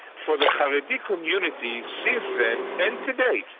for the haredi community since then and to date,